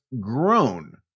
grown